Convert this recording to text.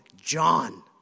John